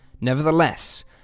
Nevertheless